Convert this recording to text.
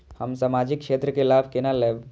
हम सामाजिक क्षेत्र के लाभ केना लैब?